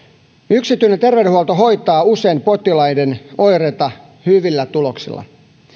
yksityinen terveydenhuolto hoitaa usein potilaiden oireita hyvillä tuloksilla